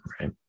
right